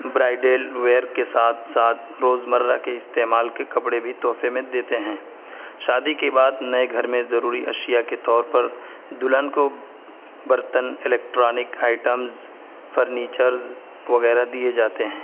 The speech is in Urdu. برائڈل ویئر کے ساتھ ساتھ روز مرہ کے استعمال کے کپڑے بھی تحفے میں دیتے ہیں شادی کے بعد نئے گھر میں ضروری اشیا کے طور پر دلہن کو برتن الیکٹرانک آئٹمز فرنیچرس وغیرہ دیے جاتے ہیں